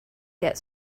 get